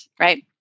Right